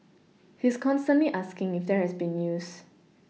he is constantly asking if there has been news